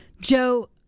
Joe